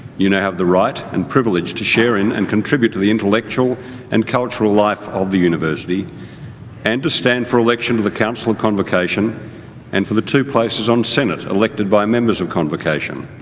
you know have the right and privilege to share in and contribute to the intellectual and cultural life of the university and to stand for election to the council of convocation and for the two places on senate elected by members of convocation.